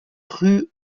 rue